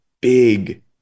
big